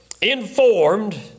informed